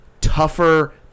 tougher